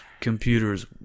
computers